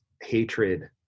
hatred